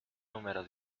número